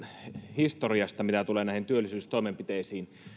historiasta mitä tulee näihin työllisyystoimenpiteisiin